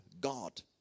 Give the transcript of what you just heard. God